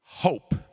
Hope